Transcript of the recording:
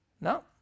No